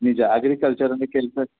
ನಿಜ ಅಗ್ರಿಕಲ್ಚರಲ್ಲಿ ಕೆಲಸ